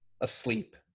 asleep